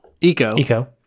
eco